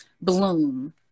Bloom